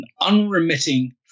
unremitting